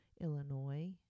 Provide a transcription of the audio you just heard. Illinois